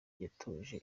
yatoje